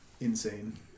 insane